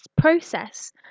process